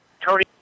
Tony